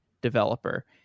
developer